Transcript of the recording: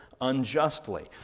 unjustly